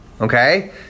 Okay